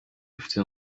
ifite